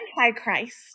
Antichrist